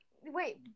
wait